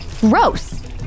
gross